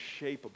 shapeable